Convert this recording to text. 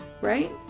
Right